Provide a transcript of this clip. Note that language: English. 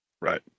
Right